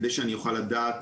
כדי שאני אוכל לדעת